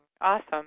Awesome